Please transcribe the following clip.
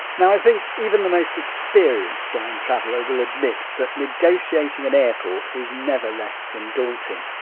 now i think even the most experienced blind traveller will admit that negotiating an airport is never less than daunting.